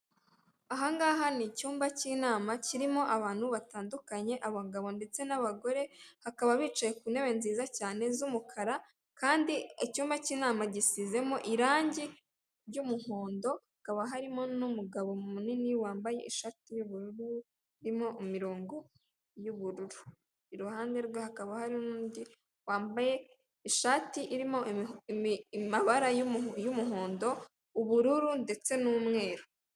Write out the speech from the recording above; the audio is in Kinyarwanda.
Ahangaha n'icyumba cy'inama kirimo abantu batandukanye abagabo ndetse n'abagore, bakaba bicaye ku ntebe nziza cyane z'umukara kandi icyumba cy'inama gisizemo irangi ry'umuhondo hakaba harimo n'umugabo munini wambaye ishati y'ubururu irimo imirongo y'ubururu iruhande rwe hakaba hari nundi wambaye ishati irimo amabara y'umuhondo, ubururu ndetse n'umweru.